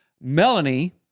Melanie